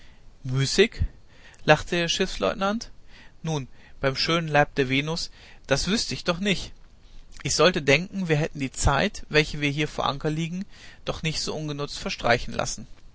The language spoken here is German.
lachte der schiffsleutnant nun beim schönen leib der venus das wüßte ich doch nicht ich sollte denken wir hätten die zeit welche wir hier vor anker liegen doch nicht so ungenutzt verstreichen lassen